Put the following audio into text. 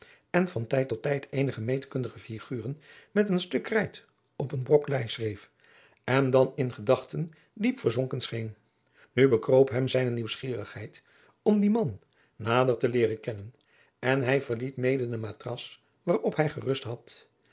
en van tijd tot tijd eenige meetkundige figuren met een stuk krijt op een brok lei schreef en dan in gedachten diep verzonken scheen nu bekroop hem zijne nieuwsgierigheid om dien man nader te leeren kennen en hij verliet mede de matras waarop hij gerust had